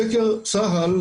סקר צה"ל,